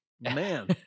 Man